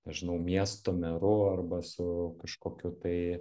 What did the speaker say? nežinau miesto meru arba su kažkokiu tai